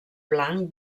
blanc